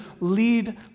lead